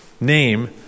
name